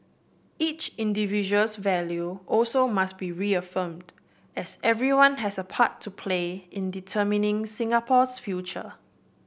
each individual's value also must be reaffirmed as everyone has a part to play in determining Singapore's future